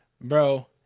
bro